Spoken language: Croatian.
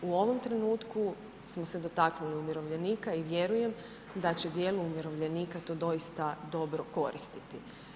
U ovom trenutku smo se dotaknuli umirovljenika i vjerujem da će dijelu umirovljenika to doista dobro koristiti.